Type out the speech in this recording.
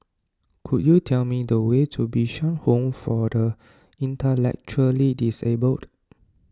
could you tell me the way to Bishan Home for the Intellectually Disabled